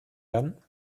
werden